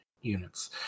units